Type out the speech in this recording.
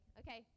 okay